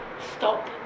Stop